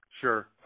Sure